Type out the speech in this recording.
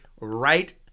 right